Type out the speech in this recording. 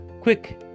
quick